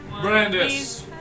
Brandis